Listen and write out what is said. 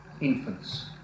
infants